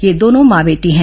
ये दोनों मां बेटी है